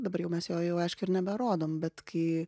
dabar jau mes jo jau aišku ir neberodom bet kai